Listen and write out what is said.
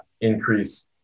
increase